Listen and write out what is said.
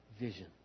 Vision